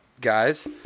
guys